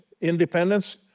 independence